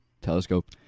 telescope